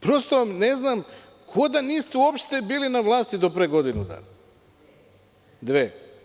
Prosto, ne znam kao da niste uopšte bili na vlasti do pre godinu dana, dve.